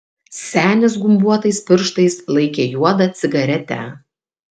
senis gumbuotais pirštais laikė juodą cigaretę